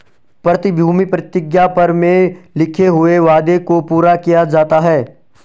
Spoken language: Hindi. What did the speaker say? प्रतिभूति प्रतिज्ञा पत्र में लिखे हुए वादे को पूरा किया जाता है